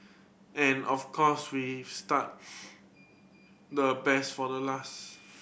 and of course we've start the best for the last